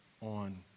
on